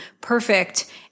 perfect